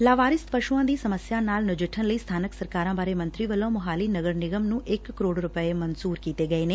ਲਾਵਾਰਿਸ ਪਸੂਆਂ ਦੀ ਸਮੱਸਿਆ ਨਾਲ ਨਜਿੱਠਣ ਲਈ ਸਬਾਨਕ ਸਰਕਾਰਾਂ ਬਾਰੇ ਮੰਤਰੀ ਵਲੋਂ ਮੋਹਾਲੀ ਨਗਰ ਨਿਗਮ ਨੂੰ ਇਕ ਕਰੋੜ ਰੁਪੈ ਮਨਜੁਰ ਕੀਤੇ ਗਏ ਨੇ